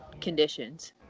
conditions